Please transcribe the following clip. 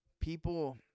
people